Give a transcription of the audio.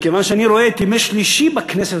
מכיוון שאני רואה את ימי שלישי בכנסת,